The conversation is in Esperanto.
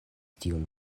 tiun